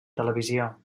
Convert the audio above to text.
televisió